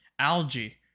algae